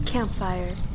Campfire